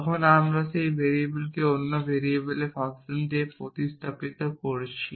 তখন আমরা সেই ভেরিয়েবলটিকে অন্য ভেরিয়েবলের ফাংশন দিয়ে প্রতিস্থাপন করছি